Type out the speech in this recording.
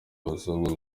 basabwa